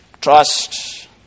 trust